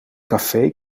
café